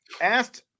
Asked